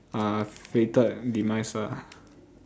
uh fated demise ah